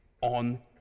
on